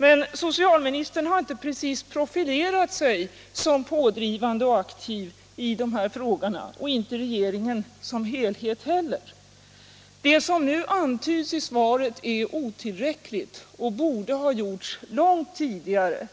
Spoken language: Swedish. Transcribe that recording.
Men socialministern har inte precis profilerat sig som pådrivande och aktiv i dessa frågor och inte regeringen som helhet heller. Det som nu antyds i svaret är otillräckligt, och det borde dessutom ha gjorts långt tidigare.